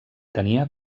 tenia